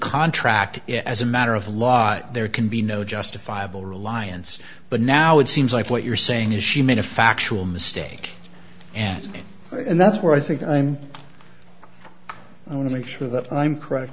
contract as a matter of law there can be no justifiable reliance but now it seems like what you're saying is she made a factual mistake and that's where i think i'm i want to make sure that i'm correct